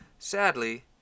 Sadly